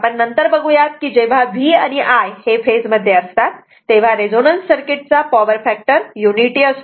आपण नंतर बघू यात की जेव्हा V आणि I हे फेज मध्ये असतात तेव्हा रेझोनन्स सर्किटचा पॉवर फॅक्टर युनिटी असतो